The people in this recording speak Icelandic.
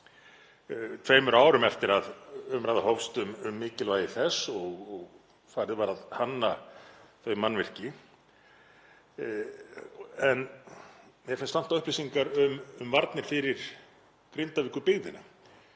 tveimur árum eftir að umræða hófst um mikilvægi þess og farið var að hanna þau mannvirki. En mér finnst vanta upplýsingar um varnir fyrir Grindavíkurbyggðina,